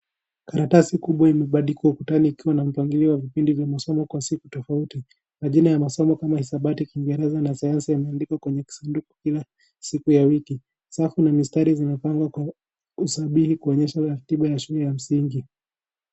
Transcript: Karatasi kubwa imeandikwa ukutani ikiwa na mpangilio wa vipindi vya masomo kwa siku tofauti. Majina ya masomo kama hisabati , kiingereza na sayansi imeandikwa kwenye kisanduku kila siku ya wiki , sa kuna mistari zimepangwa kwa usabihi kuonyesha ratiba ya shule ya msingi.